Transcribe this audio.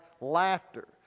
laughter